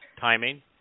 timing